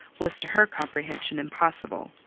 was to her comprehension impossible.